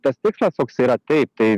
tas tikslas koks yra taip tai